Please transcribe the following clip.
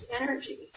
energy